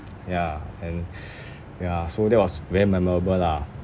ya and ya so that was very memorable lah